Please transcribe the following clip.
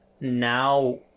now